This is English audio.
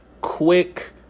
quick